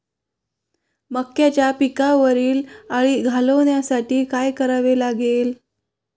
मक्याच्या पिकावरील अळी घालवण्यासाठी काय करावे लागेल?